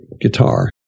guitar